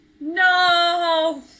No